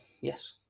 yes